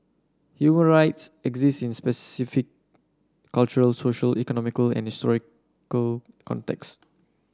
human rights exist in specific cultural social economic and contexts